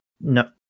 No